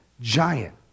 giant